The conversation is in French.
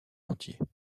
entiers